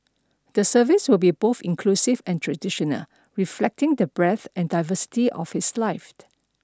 the service will be both inclusive and traditional reflecting the breadth and diversity of his life